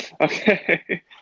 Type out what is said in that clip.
okay